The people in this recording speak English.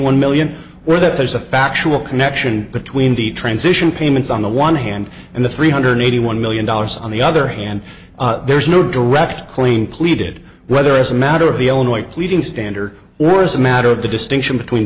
one million or that there's a factual connection between the transition payments on the one hand and the three hundred eighty one million dollars on the other hand there's no direct clean pleaded whether as a matter of the illinois pleading standard or as a matter of the distinction between